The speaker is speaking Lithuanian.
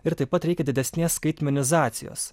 ir taip pat reikia didesnės skaitmenizacijos